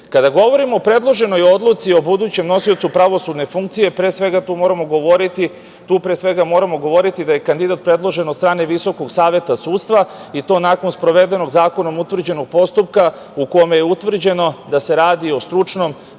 govorimo o predloženoj odluci o budućem nosiocu pravosudne funkcije pre svega tu moramo govoriti da je kandidat predložen od strane VSS i to nakon sprovedenog zakonom utvrđenog postupka, u kome je utvrđeno da se radi o stručnom,